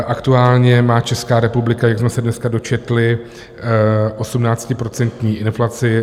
Aktuálně má Česká republika, jak jsme se dneska dočetli, 18% inflaci.